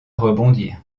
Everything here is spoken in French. rebondir